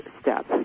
step